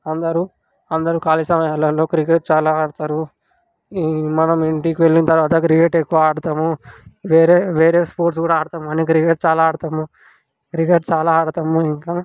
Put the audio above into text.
అందరూ అందరూ ఖాళీ సమయాలల్లో క్రికెట్ చాలా ఆడతారు మనం ఇంటికి వెళ్ళిన తర్వాత క్రికెట్ ఎక్కువ ఆడతాము వేరే వేరే స్పోర్ట్స్ కూడా ఆడతాము మన దగ్గర చాలా ఆడతాము క్రికెట్ చాలా ఆడతాము మనం ఇంకా